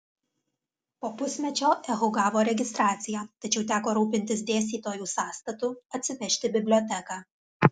po pusmečio ehu gavo registraciją tačiau teko rūpintis dėstytojų sąstatu atsivežti biblioteką